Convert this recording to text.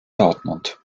dortmund